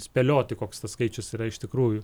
spėlioti koks tas skaičius yra iš tikrųjų